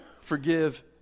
forgive